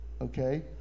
Okay